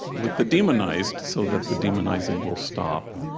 with the demonized so that the demonizing will stop,